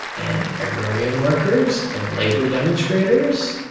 and agrarian workers, and labour demonstrators,